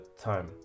time